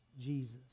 Jesus